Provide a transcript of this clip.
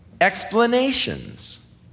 explanations